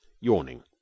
yawning